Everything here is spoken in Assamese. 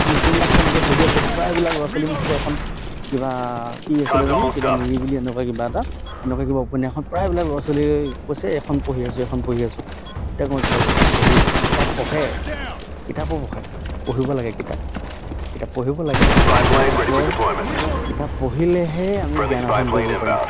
এখন উপন্যাস তেওঁলোকে পঢ়ি আছে প্ৰায়বিলাক ল'ৰা ছোৱালী মুখতে এখন কিবা কি আছিলে জানো কিবা নিৰিবিলি এনেকুৱা কিবা এটা এনেকুৱা কিবা উপন্যাসখন প্ৰায়বিলাক ল'ৰা ছোৱালী কৈছে এখন পঢ়ি আছোঁ এখন পঢ়ি আছোঁ তেতিয়া গম পাইছো হয় কিতাপ পঢ়িয়ে কিতাপ পঢ়ে কিতাপো পঢ়ে পঢ়িব লাগে কিতাপ কিতাপ পঢ়িব লাগে কিতাপৰ কিতাপ পঢ়িলেহে আমি জ্ঞান আহৰণ কৰিব পাৰিম